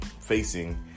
facing